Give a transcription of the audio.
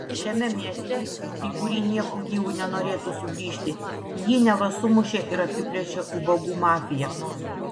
šiame mieste į kurį nieku gyvu nenorėtų sugrįžti jį neva sumušė ir apiplėšė ubagų mafija